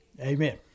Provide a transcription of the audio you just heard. Amen